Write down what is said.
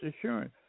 assurance